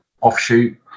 offshoot